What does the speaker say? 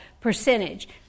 percentage